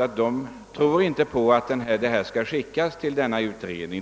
att man inte tycker att denna fråga skall överlämnas till skogspolitiska utredningen.